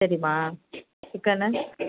சரிமா சிக்கன்னு